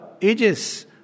ages